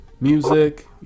music